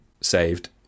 saved